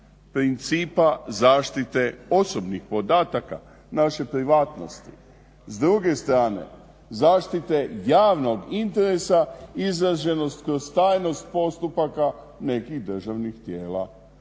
principa zaštite osobnih podataka naše privatnosti, s druge strane zaštite javnog interesa izraženost kroz tajnost postupaka nekih državnih tijela